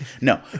No